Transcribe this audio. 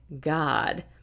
God